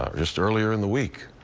um just earlier in the week.